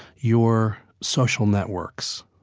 your social networks,